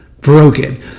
broken